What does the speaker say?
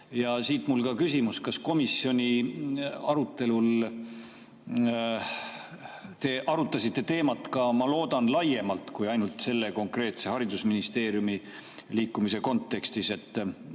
on siit ka küsimus. Kas komisjoni arutelul te arutasite teemat – ma seda loodan – ka laiemalt kui ainult selle konkreetse haridusministeeriumi liikumise kontekstis?